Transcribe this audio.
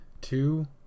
two